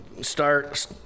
start